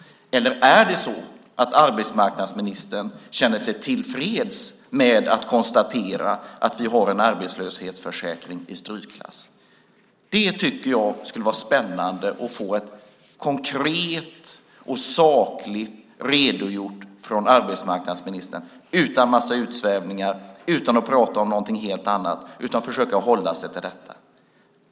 Eller är det så att arbetsmarknadsministern känner sig till freds med att konstatera att vi har en arbetslöshetsförsäkring i strykklass? Det tycker jag skulle vara spännande att få en konkret och saklig redogörelse för från arbetsmarknadsministern, utan en massa utsvävningar och utan att prata om någonting helt annat, där han försöker hålla sig till detta.